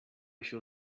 shall